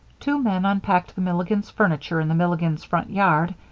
two men unpacked the milligans' furniture in the milligans' front yard,